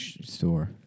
Store